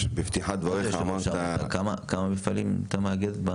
כמה מפעלים אתה מאגד?